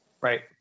right